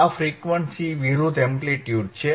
આ ફ્રીક્વન્સી વિરુદ્ધ એમ્પ્લીટ્યુડ છે